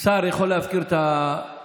ושר יכול להפקיד את המליאה.